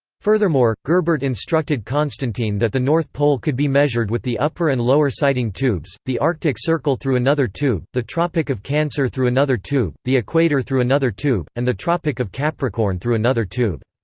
furthermore, gerbert instructed constantine that the north pole could be measured with the upper and lower sighting tubes, the arctic circle through another tube, the tropic of cancer through another tube, the equator through another tube, and the tropic of capricorn through another tube.